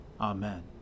Amen